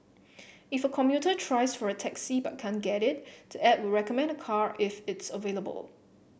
if a commuter tries for a taxi but can't get it the app will recommend a car if it's available